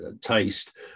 taste